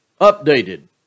updated